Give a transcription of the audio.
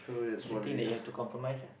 she think that you have to compromise ah